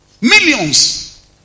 Millions